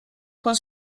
con